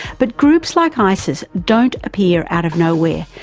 but groups like isis don't appear out of nowhere,